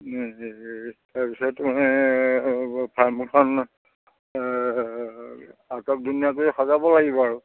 তাৰপিছত মানে ফাৰ্মখন আটক ধুনীয়াকৈ সজাব লাগিব আৰু